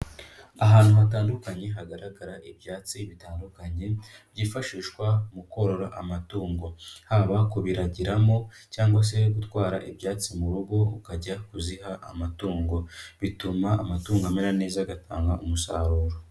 Ahantu hatandukanye hagaragara ibyatsi bitandukanye, byifashishwa mu korora amatungo, haba kubiragiramo cyangwa se gutwara ibyatsi mu rugo ukajya kuziha amatungo, bituma amatungo amera neza agatanga umusaruro.